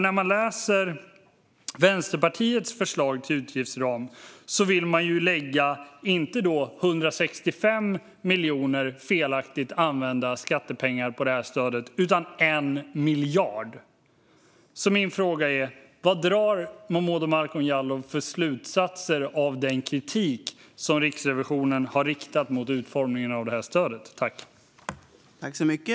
När jag läser Vänsterpartiets förslag till utgiftsram ser jag nämligen att partiet vill lägga inte 165 miljoner felaktigt använda skattekronor på det här stödet utan 1 miljard. Min fråga är därför: Vad drar Momodou Malcolm Jallow för slutsatser av den kritik som Riksrevisionen har riktat mot utformningen av det här stödet?